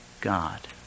God